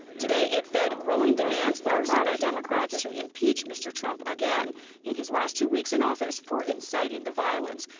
today it fed growing demands, largely by democrats, to impeach mr. trump again in his last two weeks in office for inciting the violence.